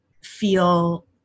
feel